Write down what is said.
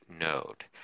node